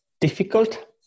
difficult